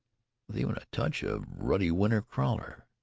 with even a touch of ruddy winter colour?